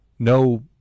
No